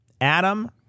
Adam